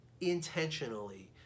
intentionally